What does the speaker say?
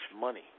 money